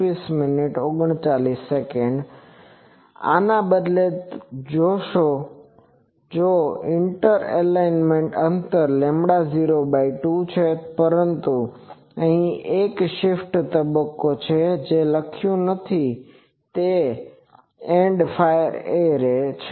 આને બદલે તમે જોશો જો ઇન્ટર એલિમેન્ટ અંતર λ02 છે પરંતુ અહીં એક શિફ્ટ તબક્કો છે જે લખ્યું નથી તે એન્ડ ફાયર એરે છે